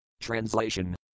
Translation